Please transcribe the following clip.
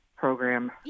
Program